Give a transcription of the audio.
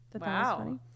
Wow